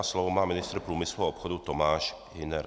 Slovo má ministr průmyslu a obchodu Tomáš Hüner.